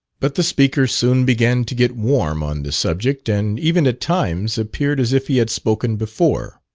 but the speaker soon began to get warm on the subject, and even at times appeared as if he had spoken before.